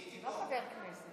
אי-אפשר?